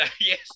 yes